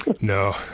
No